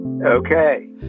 Okay